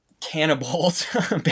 cannibals